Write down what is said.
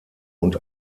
und